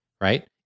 Right